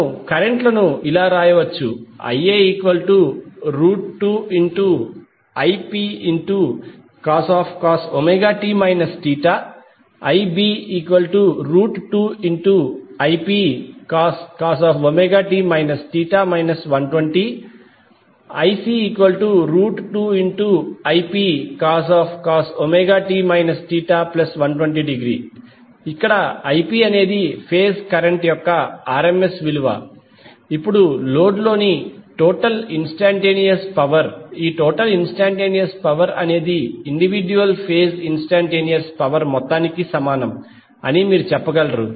మనము కరెంట్ లను ఇలా వ్రాయవచ్చు ia2Ipcos t θ ib2Ipcos ω t θ 120° ic2Ipcos ω t θ120° ఇక్కడ Ip అనేది ఫేజ్ కరెంట్ యొక్క rms విలువ ఇప్పుడు లోడ్ లోని టోటల్ ఇన్స్టంటేనియస్ పవర్ ఈ టోటల్ ఇన్స్టంటేనియస్ పవర్ అనేది ఇండివిడ్యుయల్ ఫేజ్ ఇన్స్టంటేనియస్ పవర్స్ మొత్తానికి సమానం అని మీరు చెప్పగలరు